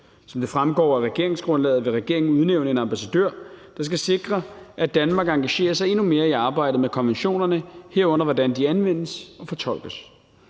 Som det fremgår af regeringsgrundlaget, vil regeringen udnævne en ambassadør, der skal sikre, at Danmark engagerer sig endnu mere i arbejdet med konventionerne, herunder hvordan de anvendes og fortolkes.